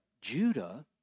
Judah